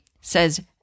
says